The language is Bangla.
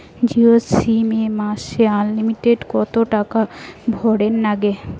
জিও সিম এ মাসে আনলিমিটেড কত টাকা ভরের নাগে?